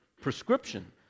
prescription